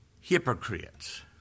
Hypocrites